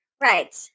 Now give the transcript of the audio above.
Right